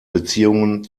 beziehungen